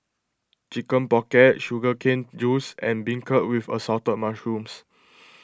Chicken Pocket Sugar Cane Juice and Beancurd with Assorted Mushrooms